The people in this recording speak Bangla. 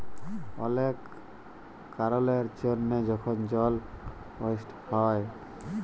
অলেক কারলের জ্যনহে যখল জল ওয়েস্ট হ্যয়